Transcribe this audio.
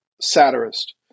satirist